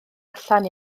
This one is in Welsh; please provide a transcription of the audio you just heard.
allan